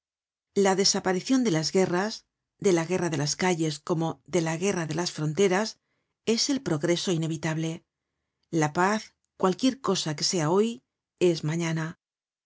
la desaparicion de las guerras de la guerra de las calles como de la guerra de las fronteras es el progreso inevitable la paz cualquier cosa que sea hoy es mañana